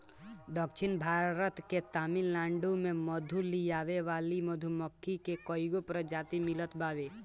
दक्षिण भारत के तमिलनाडु में मधु लियावे वाली मधुमक्खी के कईगो प्रजाति मिलत बावे